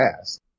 asked